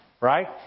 Right